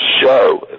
show